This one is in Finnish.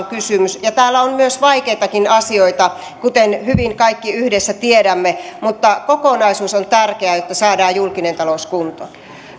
kysymys täällä on myös vaikeita asioita kuten hyvin kaikki yhdessä tiedämme mutta kokonaisuus on tärkeä jotta saadaan julkinen talous kuntoon